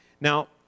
Now